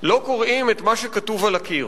לא קוראים את מה שכתוב על הקיר.